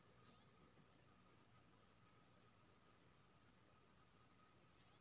हम अपन मकई के उपजा के खराब होय से पहिले ही गोदाम में कहिया तक रख सके छी?